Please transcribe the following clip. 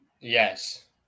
yes